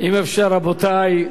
חבר הכנסת גפני,